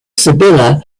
sibylla